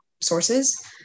sources